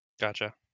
Gotcha